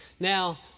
Now